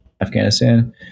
Afghanistan